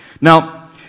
Now